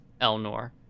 Elnor